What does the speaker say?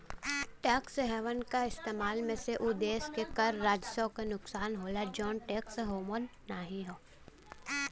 tax haven क इस्तेमाल से उ देश के कर राजस्व क नुकसान होला जौन टैक्स हेवन नाहीं हौ